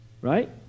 right